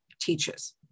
teaches